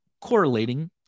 correlating